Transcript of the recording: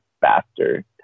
faster